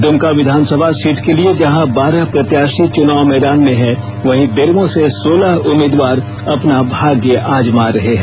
द्रमका विधानसभा सीट के लिए जहां बारह प्रत्याशी च्नाव मैदान में हैं वहीं बेरमो से सोलह उम्मीदवार अपने भाग्य आजमा रहे हैं